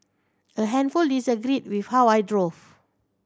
a handful disagreed with how I drove